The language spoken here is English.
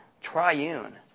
triune